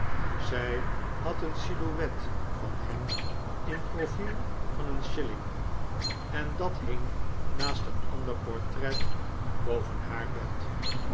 zij had een silhouette van hem in profiel van een shilling en dat hing naast een ander portret boven haar bed